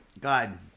God